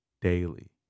daily